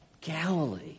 Galilee